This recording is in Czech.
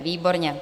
Výborně.